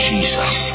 Jesus